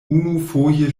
unufoje